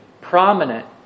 prominent